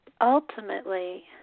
Ultimately